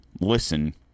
listen